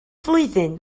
flwyddyn